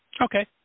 Okay